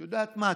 את יודעת מה?